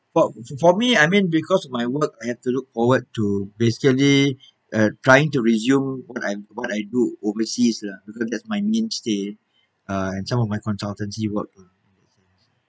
but for me I mean because my work I have to look forward to basically uh trying to resume what I what I do overseas lah because that's my main sale uh and some of my consultancy work lah